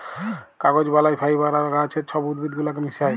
কাগজ বালায় ফাইবার আর গাহাচের ছব উদ্ভিদ গুলাকে মিশাঁয়